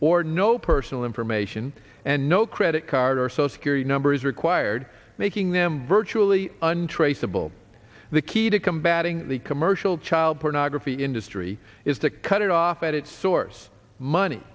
or no personal information and no credit card or so security numbers required making them virtually untraceable the key to combating the commercial child pornography industry is to cut it off at its source money